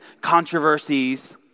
controversies